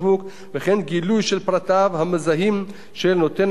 וכן גילוי של פרטיו המזהים של נותן השירות,